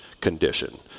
condition